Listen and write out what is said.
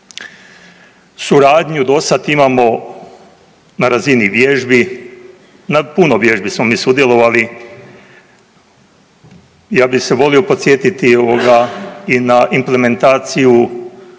Suradnju do sada imamo na razini vježbi, na puno vježbi smo mi sudjelovali. Ja bih se volio podsjetiti i na implementaciju